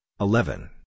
eleven